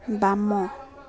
ବାମ